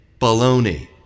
Baloney